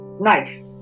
nice